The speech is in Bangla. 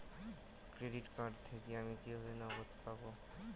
ক্রেডিট কার্ড থেকে আমি কিভাবে নগদ পাব?